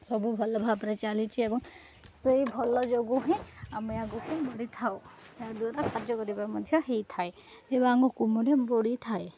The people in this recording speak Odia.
ସବୁ ଭଲ ଭାବରେ ଚାଲିଛି ଏବଂ ସେଇ ଭଲ ଯୋଗୁ ହିଁ ଆମେ ଆଗକୁ ବଢ଼ିଥାଉ ଏହାଦ୍ୱାରା କାର୍ଯ୍ୟ କରିବା ମଧ୍ୟ ହେଇଥାଏ ଏବଂ ଆଗକୁ ମଧ୍ୟ ବଢ଼ିଥାଏ